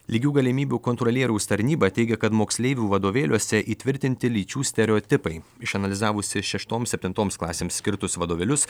lygių galimybių kontrolieriaus tarnyba teigia kad moksleivių vadovėliuose įtvirtinti lyčių stereotipai išanalizavusi šeštoms septintoms klasėms skirtus vadovėlius